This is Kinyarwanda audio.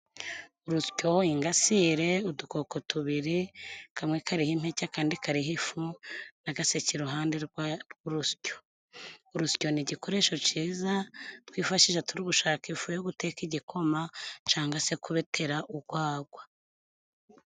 Urusyo, ingasire, udukoko tubiri, kamwe kariho impeke akandi karihao ifu n'agaseke iruhande rw'urusyo. Urusyo ni igikoresho ciza twifashishijesha turi gushaka ifu yo guteka igikoma, cangwa se kubetera urwagwa.